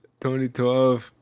2012